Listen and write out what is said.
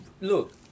Look